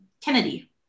Kennedy